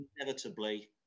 Inevitably